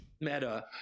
meta